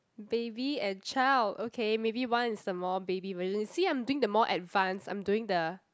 baby and child okay maybe one is the more baby version you see I'm doing the more advance I'm doing the